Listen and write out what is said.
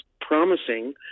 promising